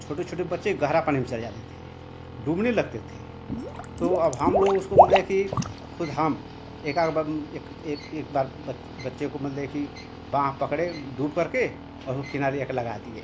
छोटे छोटे बच्चे गहरा पानी में चले जाते थे डूबने लगते थे तो अब हम लोग उसको मतलब कि खुद हम एकाध बार एक एक एक बार बच्चे को मतलब कि बाँह पकड़े डूब कर के और उसको किनारे एक लगा दिए